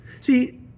See